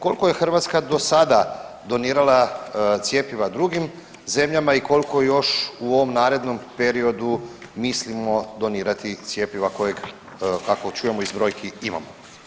Koliko je Hrvatska do sada donirala cjepiva drugim zemljama i koliko još u ovom narednom periodu mislimo donirati cjepiva kojeg, kako čujemo iz brojki, imamo?